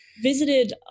visited